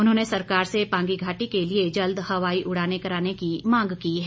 उन्होंने सरकार से पांगी घाटी के लिए जल्द हवाई उड़ानें कराने की मांग की है